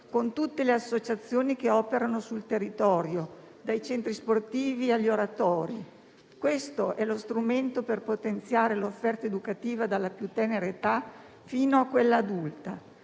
con tutte le associazioni che operano sul territorio, dai centri sportivi agli oratori. Questo è lo strumento per potenziare l'offerta educativa dalla più tenera età fino a quella adulta: